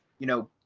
you know,